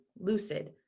Lucid